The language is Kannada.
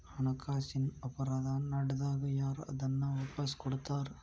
ಹಣಕಾಸಿನ್ ಅಪರಾಧಾ ನಡ್ದಾಗ ಯಾರ್ ಅದನ್ನ ವಾಪಸ್ ಕೊಡಸ್ತಾರ?